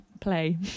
play